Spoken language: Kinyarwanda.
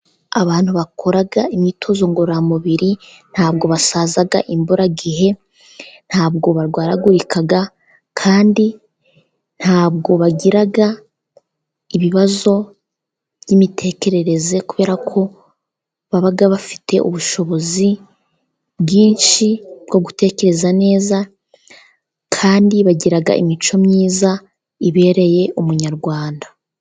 Abantu bakora imyitozo ngororamubiri, ntabwo basaza imburagihe, ntabwo barwaragurika, kandi ntabwo bagira ibibazo by'imitekerereze, kubera ko baba bafite ubushobozi bwinshi bwo gutekereza neza, kandi bagira imico myiza ibereye umunyarwanda.